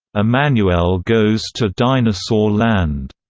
ah emanuelle goes to dinosaur land.